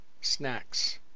snacks